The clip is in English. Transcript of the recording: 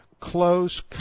close